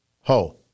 ho